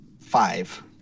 five